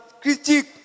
critique